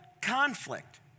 conflict